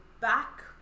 back